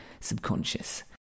subconscious